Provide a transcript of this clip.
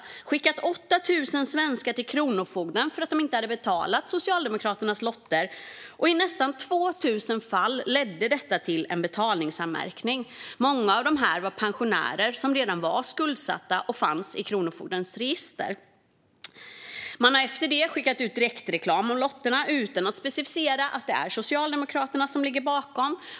Man hade skickat 8 000 svenskar till kronofogden för att de inte hade betalat Socialdemokraternas lotter, och i nästan 2 000 fall ledde detta till en betalningsanmärkning. Många av dessa personer var pensionärer som redan var skuldsatta och fanns i kronofogdens register. Man har efter det skickat ut direktreklam för lotterna utan att specificera att det är Socialdemokraterna som ligger bakom.